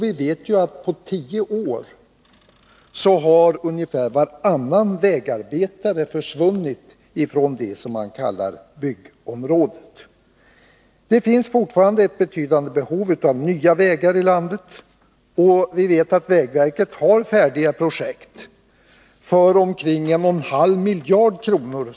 Vi vet ju att på tio år har ungefär varannan vägarbetare försvunnit från det som man kallar byggområdet. Det finns fortfarande ett betydande behov av nya vägar i landet, och vi vet att vägverket har färdiga projekt, som i stort sett är rikstäckande, för omkring en och en halv miljard kronor.